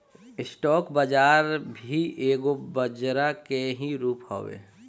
stock बाजार भी एगो बजरा के ही रूप हवे